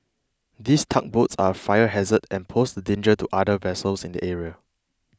these tugboats are a fire hazard and pose a danger to other vessels in the area